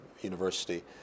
University